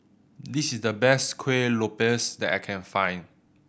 this is the best Kuih Lopes that I can find